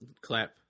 Clap